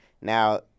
Now